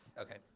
Okay